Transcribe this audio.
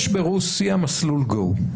יש ברוסיה מסלול go,